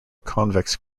convex